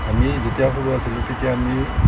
আমি যেতিয়া সৰু আছিলোঁ তেতিয়া আমি